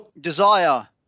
desire